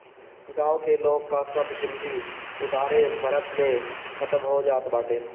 गांव के लोग कअ सब जिनगी उधारे भरत में खतम हो जात बाटे